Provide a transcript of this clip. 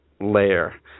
layer